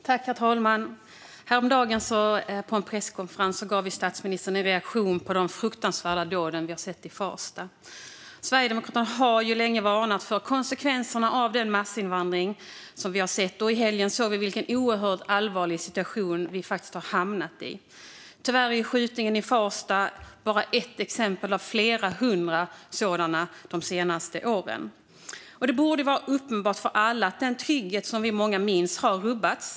Herr talman! Häromdagen på en presskonferens gav statsministern sin reaktion på de fruktansvärda dåden i Farsta. Sverigedemokraterna har länge varnat för konsekvenserna av den massinvandring vi har sett. Och i helgen såg vi vilken oerhört allvarlig situation vi faktiskt har hamnat i. Tyvärr är skjutningen i Farsta bara ett av flera hundra exempel de senaste åren. Det borde vara uppenbart för alla att den trygghet vi många minns har rubbats.